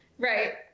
Right